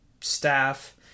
staff